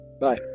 Bye